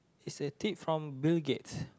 is a tip from Bill-Gates